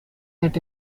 net